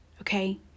okay